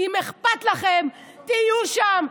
אם אכפת לכם, תהיו שם.